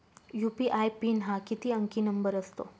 UPI PIN हा किती अंकी नंबर असतो?